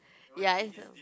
ya it's